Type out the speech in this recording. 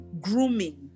grooming